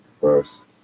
first